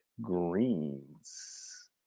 Greens